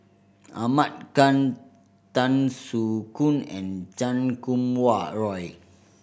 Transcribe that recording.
Ahmad Khan Tan Soo Khoon and Chan Kum Wah Roy